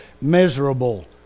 miserable